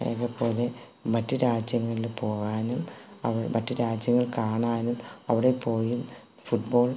നെപ്പോലെ മറ്റു രാജ്യങ്ങളിൽ പോകാനും മറ്റു രാജ്യങ്ങൾ കാണാനും അവിടെ പോയി ഫുട്ബോൾ